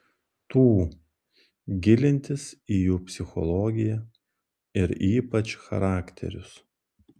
tų gilintis į jų psichologiją ir ypač charakterius